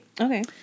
okay